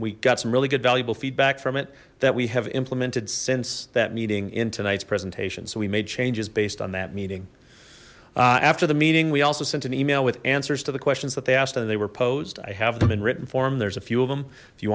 we got some really good valuable feedback from it that we have implemented since that meeting in tonight's presentation so we made changes based on that meeting after the meeting we also sent an email with answers to the questions that they asked and they were posed i have them in written form there's a few of them if you